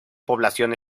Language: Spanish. población